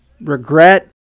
regret